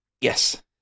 Yes